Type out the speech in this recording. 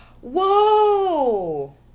Whoa